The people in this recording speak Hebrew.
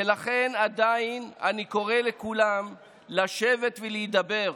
ולכן, עדיין אני קורא לכולם לשבת ולהידבר.